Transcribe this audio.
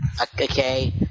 okay